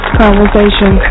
conversation